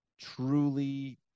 truly